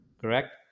Correct